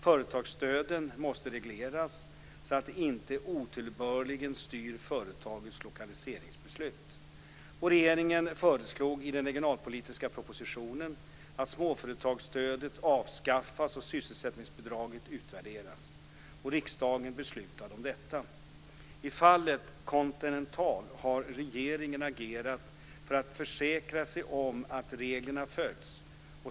Företagsstöden måste regleras så att de inte otillbörligen styr företagens lokaliseringsbeslut. Regeringen föreslog i den regionalpolitiska propositionen att småföretagsstödet avskaffas och sysselsättningsbidraget utvärderas. Riksdagen beslutade om detta. I fallet Continental har regeringen agerat för att försäkra sig om att reglerna följts.